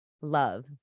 love